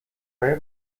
قایق